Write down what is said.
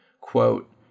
Quote